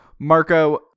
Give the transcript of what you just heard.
Marco